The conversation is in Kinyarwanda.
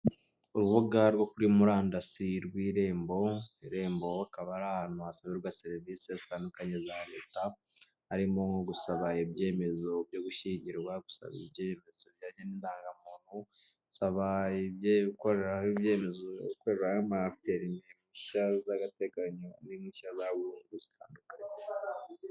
Urubuga rwo kuri murandasi rw'irembo, irembo akaba ari ahantu hasabirwa serivisi zitandukanye za leta, harimo nko gusaba ibyemezo byo gushyingirwa, gusaba ibyemezo bijyanye n'indangamuntu, gusaba gukoreraho ibyemezo gukorera amaperime, impushya z'agateganyo n'impushya za burundu zitandukanye.